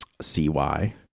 Cy